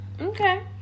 Okay